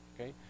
okay